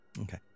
Okay